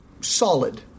solid